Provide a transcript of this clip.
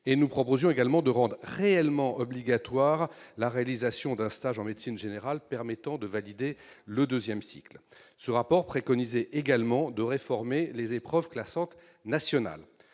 de la santé, et de rendre réellement obligatoire la réalisation d'un stage en médecine générale permettant de valider le deuxième cycle. Ce rapport préconisait également de réformer les épreuves classantes nationales.